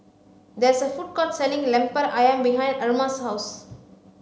there is a food court selling Lemper Ayam behind Erasmus' house